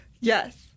Yes